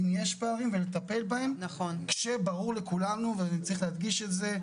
אם יש פערים ולטפל בהם כשברור לכולנו וצריך להדגיש את זה,